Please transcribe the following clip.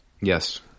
Yes